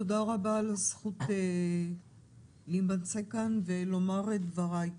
תודה רבה על הזכות להימצא כאן ולומר את דבריי.